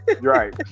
right